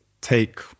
take